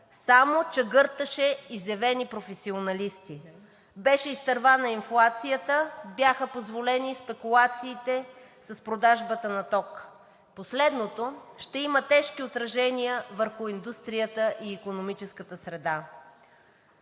само „чегърташе“ изявени професионалисти. Беше изтървана инфлацията, бяха позволени спекулациите с продажбата на ток. Последното ще има тежки отражения върху индустрията и икономическата среда.